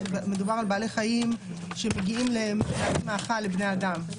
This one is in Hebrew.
מדובר בעלי חיים שמגיעים למאכל לבני אדם.